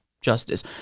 justice